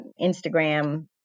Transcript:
Instagram